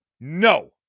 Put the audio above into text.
no